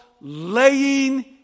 laying